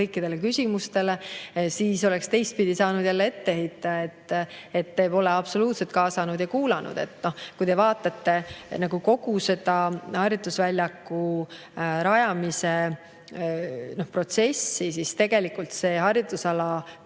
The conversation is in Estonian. kõikidele küsimustele? Siis oleks teistpidi saanud jälle etteheite, et te pole absoluutselt kaasanud ega kuulanud. Kui te vaatate kogu harjutusväljaku rajamise protsessi, siis tegelikult see harjutusala